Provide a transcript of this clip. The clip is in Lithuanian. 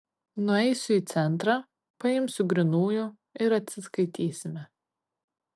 nueisiu į centrą paimsiu grynųjų ir atsiskaitysime